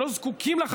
שלא זקוקים לה,